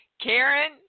karen